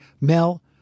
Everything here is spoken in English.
Mel